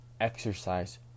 exercise